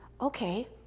okay